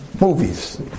Movies